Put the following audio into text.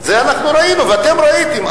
אנחנו ראינו ואתם ראיתם.